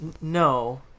No